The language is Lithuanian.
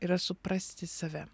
yra suprasti save